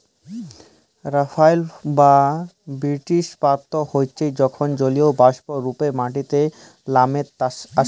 রাইলফল বা বিরিস্টিপাত হচ্যে যখল জলীয়বাষ্প রূপে মাটিতে লামে আসে